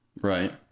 Right